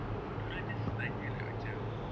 no dia orang just tanya like macam